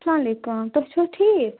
اسلام علیکُم تُہۍ چھِوٕ ٹھیٖک